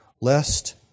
Lest